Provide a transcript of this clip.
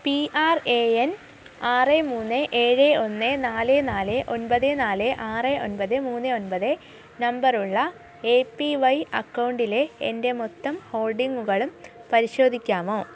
P R A N ആറ് മൂന്ന് ഏഴ് ഒന്ന് നാല് നാല് ഒൻപത് നാല് ആറ് ഒൻപത് മൂന്ന് ഒൻപത് നമ്പറുള്ള എ പി വൈ അക്കൗണ്ടിലെ എൻ്റെ മൊത്തം ഹോൾഡിംഗുകളും പരിശോധിക്കാമോ